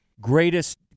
greatest